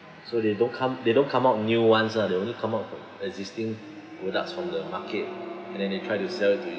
so they don't come they don't come out new ones lah they only come out existing products from the market and then they try to sell it to you